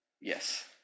Yes